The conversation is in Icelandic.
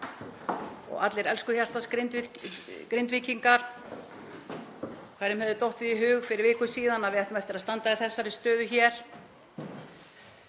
og allir elsku hjartans Grindvíkingar. Hverjum hefði dottið í hug fyrir viku síðan að við ættum eftir að standa í þessari stöðu hér,